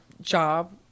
job